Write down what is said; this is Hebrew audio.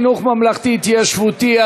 חינוך ממלכתי התיישבותי),